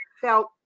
felt